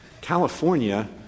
California